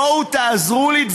בואו תעזרו לי.